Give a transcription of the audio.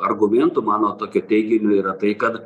argumentų mano tokio teiginiui yra tai kad